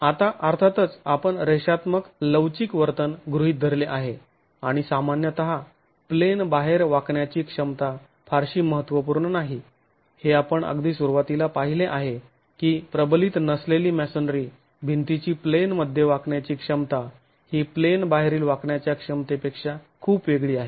आता अर्थातच आपण रेषात्मक लवचिक वर्तन गृहीत धरले आहे आणि सामान्यतः प्लेन बाहेर वाकण्याची क्षमता फारशी महत्त्वपूर्ण नाही हे आपण अगदी सुरुवातीला पाहिले आहे की प्रबलित नसलेली मॅसोनरी भिंतीची प्लेन मध्ये वाकण्याची क्षमता ही प्लेन बाहेरील वाकण्याच्या क्षमतेपेक्षा खूप वेगळी आहे